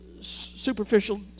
superficial